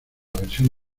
versión